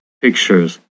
pictures